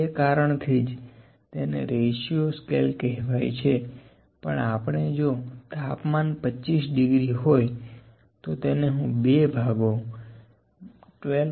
તે કારણ થી જ તેને રેશિયો સ્કેલ કહેવાય છેપણ આપણે જો તાપમાન 25 ડિગ્રી હોય તો તેને હું બે ભાગો 12